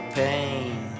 pain